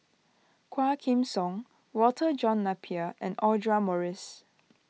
Quah Kim Song Walter John Napier and Audra Morrice